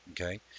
okay